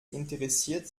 interessiert